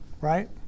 Right